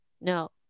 No